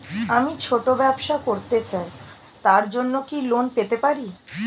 আমি ছোট ব্যবসা করতে চাই তার জন্য কি লোন পেতে পারি?